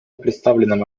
представленном